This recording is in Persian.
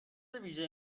ویژه